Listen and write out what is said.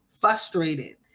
frustrated